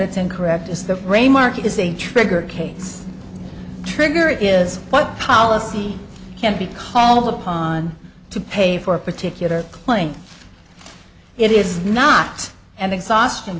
it's incorrect is that rain mark is a trigger cade's trigger is what policy can be called upon to pay for a particular claim it is not an exhaustion